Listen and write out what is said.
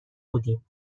بودیم